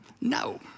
No